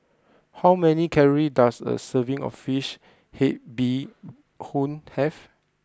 how many calories does a serving of Fish Head Bee Hoon have